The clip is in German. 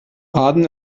aden